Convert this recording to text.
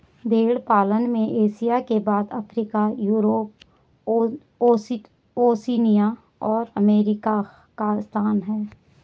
भेंड़ पालन में एशिया के बाद अफ्रीका, यूरोप, ओशिनिया और अमेरिका का स्थान है